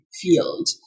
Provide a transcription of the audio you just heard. field